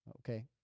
okay